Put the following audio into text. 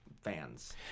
fans